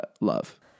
love